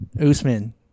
Usman